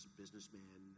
businessman